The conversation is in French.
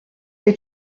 est